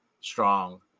strong